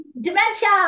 dementia